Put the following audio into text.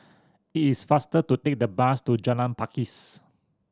it is faster to take the bus to Jalan Pakis